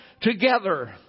together